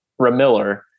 Ramiller